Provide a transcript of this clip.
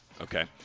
Okay